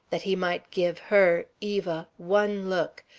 that he might give her, eva, one look,